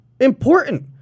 important